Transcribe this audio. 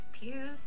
pews